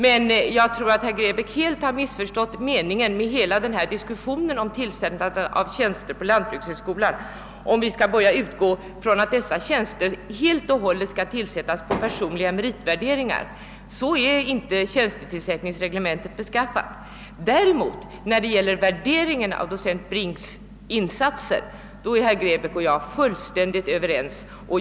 Men jag tror att herr Grebäck helt har missförstått meningen med hela denna diskussion om tillsättandet av tjänster vid lantbrukshögskolan, om vi skall börja utgå från att dessa tjänster enbart skall tillsättas efter personliga värderingar. Så är inte tjänstetillsättningsreglementet beskaffat. När det däremot gäller värderingen av docent Brinks insatser är herr Grebäck och jag fullständigt överens.